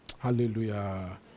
Hallelujah